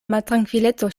maltrankvileco